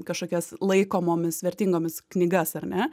kažkokias laikomomis vertingomis knygas ar ne